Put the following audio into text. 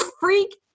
freak